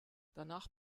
danach